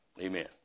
Amen